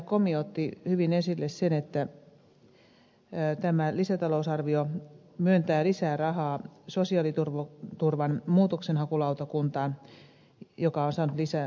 komi otti hyvin esille sen että tämä lisätalousarvio myöntää lisää rahaa sosiaaliturvan muutoksenhakulautakuntaan joka on saanut lisää resursseja